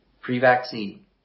pre-vaccine